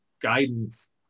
guidance